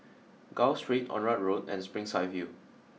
Gul Street Onraet Road and Springside View